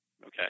Okay